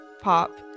pop